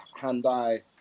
hand-eye